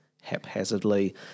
haphazardly